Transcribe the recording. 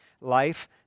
life